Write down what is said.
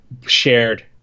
shared